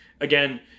again